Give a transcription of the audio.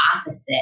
opposite